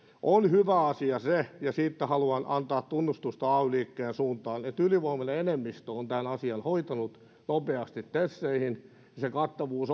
on hyvä asia ja siitä haluan antaa tunnustusta ay liikkeen suuntaan että ylivoimainen enemmistö on tämän asian hoitanut nopeasti teseihin se kattavuus